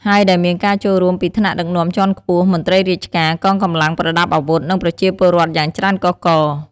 ហើយដែលមានការចូលរួមពីថ្នាក់ដឹកនាំជាន់ខ្ពស់ មន្ត្រីរាជការ កងកម្លាំងប្រដាប់អាវុធ និងប្រជាពលរដ្ឋយ៉ាងច្រើនកុះករ។